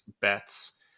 bets